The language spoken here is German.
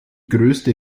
größte